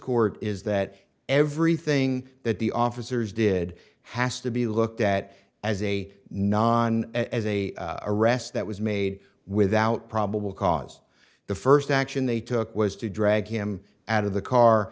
court is that everything that the officers did has to be looked at as a non as a arrest that was made without probable cause the first action they took was to drag him out of the car